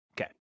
Okay